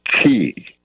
key